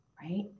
right